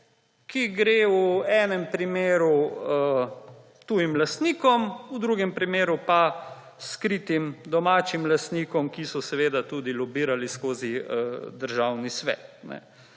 ki gre v enem primeru tujim lastnikom, v drugem primeru pa skritim domačim lastnikom, ki so seveda tudi lobirali skozi Državni svet.